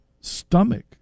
stomach